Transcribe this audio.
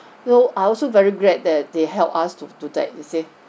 so I also very glad that they helped us to do that you see